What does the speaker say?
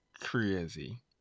crazy